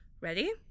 Ready